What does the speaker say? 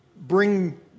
bring